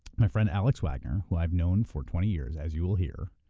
my friend, alex wagner, who i've known for twenty years, as you will hear,